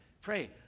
pray